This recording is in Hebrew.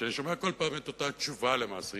אני שומע כל פעם את אותה תשובה למעשה.